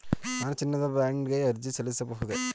ನಾನು ಚಿನ್ನದ ಬಾಂಡ್ ಗೆ ಅರ್ಜಿ ಸಲ್ಲಿಸಬಹುದೇ?